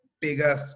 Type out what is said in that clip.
bigger